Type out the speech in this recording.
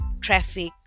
traffic